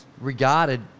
regarded